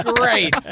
Great